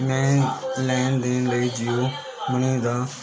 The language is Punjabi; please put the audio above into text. ਮੈਂ ਲੈਣ ਦੇਣ ਲਈ ਜੀਓ ਮਨੀ ਦਾ